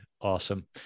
awesome